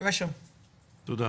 תודה.